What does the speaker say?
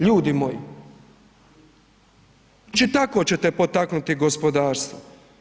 Ljudi moji, će tako ćete potaknuti gospodarstvo?